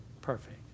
perfect